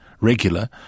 regular